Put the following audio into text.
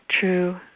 true